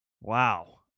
Wow